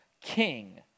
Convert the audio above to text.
king